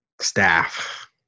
staff